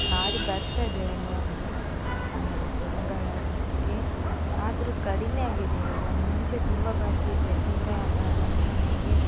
ಹಾರಿ ಬರ್ತದೆ ಒಮ್ಮೊಮ್ಮೆ ಅಂಗಳಕ್ಕೆ ಆದರೂ ಕಡಿಮೆ ಆಗಿದೆ ಈಗ ಮುಂಚೆ ತುಂಬ ಬರ್ತಿತ್ತು ಯಾಕಂದರೆ ನಮ್ಮ ಮನೆಗೆ